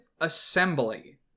assembly